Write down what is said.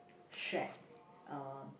shack uh